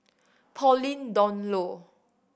Pauline Dawn Loh